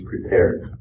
prepared